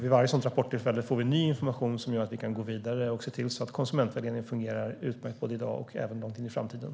Vid varje sådant rapporttillfälle får vi ny information som gör att vi kan gå vidare för att se till att konsumentvägledningen fungerar utmärkt både i dag och långt in i framtiden.